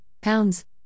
pounds